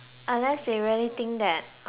think that uh